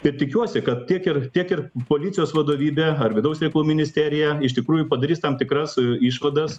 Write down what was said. taip tikiuosi kad tiek ir tiek ir policijos vadovybė ar vidaus reikalų ministerija iš tikrųjų padarys tam tikras išvadas